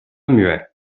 muet